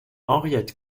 henriette